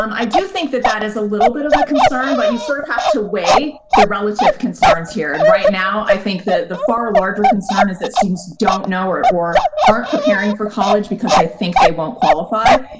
um i do think that that is a little bit of a concern, but you sort of have to weigh the relative concerns here. and right now i think that the far larger concern is that students don't know or or aren't preparing for college because they think they won't qualify.